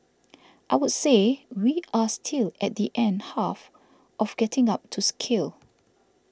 I would say we are still at the end half of getting up to scale